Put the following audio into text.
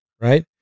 right